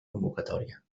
convocatòria